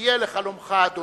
תהיה לחלומך, אדוני,